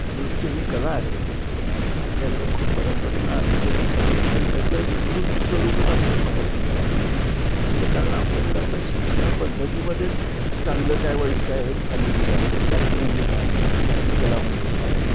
नृत्य ही कला आहे आपल्याकडं खूप परंपरेनं आलेली आहे पण त्याचं विकृत स्वरूपच आपल्याला पाहायला मिळतं अलीकडं याचं कारण आपल्याकडं आता शिक्षण पद्धतीमध्येच चांगलं काय वाईट काय हे सांगितलं जात नाही चांगलं म्हणजे काय चांगली कला म्हणजे काय